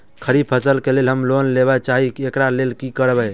खरीफ फसल केँ लेल हम लोन लैके चाहै छी एकरा लेल की करबै?